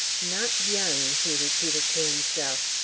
not young, he repeated to himself.